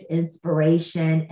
inspiration